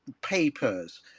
papers